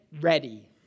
ready